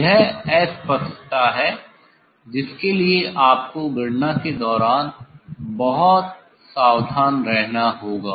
यह अस्पष्टता है जिसके लिए आपको गणना के दौरान बहुत सावधान रहना होगा